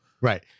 Right